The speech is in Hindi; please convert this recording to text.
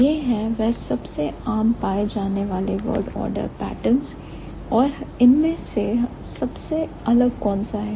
यह है वह सबसे आम पाए जाने वाले word order patterns और इनमें से सबसे अलग कौन सा है